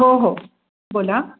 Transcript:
हो हो बोला